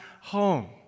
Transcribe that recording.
home